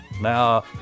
Now